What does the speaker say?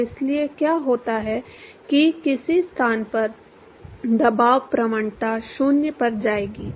और इसलिए क्या होता है कि किसी स्थान पर दबाव प्रवणता 0 पर जाएगी